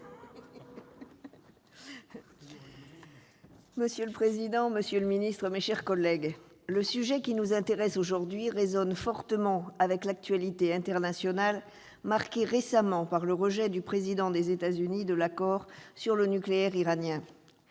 Monsieur le président, monsieur le secrétaire d'État, mes chers collègues, le sujet qui nous intéresse aujourd'hui résonne fortement avec l'actualité internationale, marquée par le rejet récent, par le président des États-Unis, de l'accord sur le nucléaire iranien.